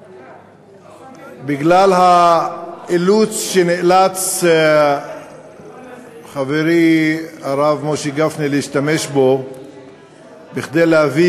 בגלל האילוץ שנאלץ חברי הרב משה גפני להשתמש בו כדי להביא